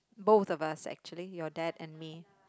both of us actually your dad and me